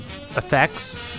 effects